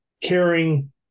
caring